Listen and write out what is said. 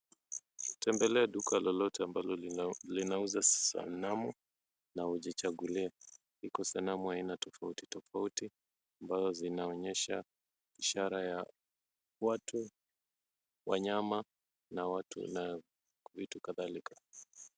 Tembelea duka lolote ambalo linauza sanamu na ujichagulie. Iko sanamu ya aina tofauti tofauti ambazo zinaonyesha ishara ya watu, wanyama na vitu kadhalika.